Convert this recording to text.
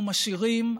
אנחנו משאירים,